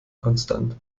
konstant